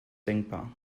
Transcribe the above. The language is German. denkbar